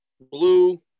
blue